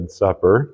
supper